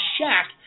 shack